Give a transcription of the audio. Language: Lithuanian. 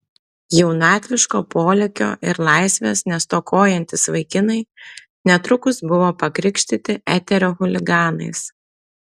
jaunatviško polėkio ir laisvės nestokojantys vaikinai netrukus buvo pakrikštyti eterio chuliganais